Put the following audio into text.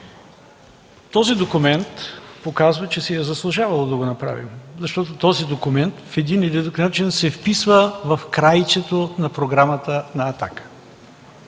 Този документ показва, че си е заслужавало да го направим, защото този документ в един или друг начин се вписва в крайчето на Програмата на „Атака”.